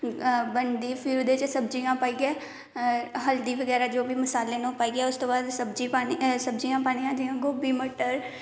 बनदी फिर ओहदे च सब्जियां पाइयै हल्दी बगैरा जो बी मसाले ना ओह पाइयै उस तू बाद सब्जी पानी जियां गोभी मटर